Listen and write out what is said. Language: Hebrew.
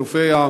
חילופי,